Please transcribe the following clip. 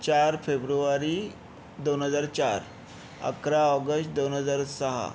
चार फेब्रुवारी दोन हजार चार अकरा ऑगस्ट दोन हजार सहा